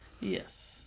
Yes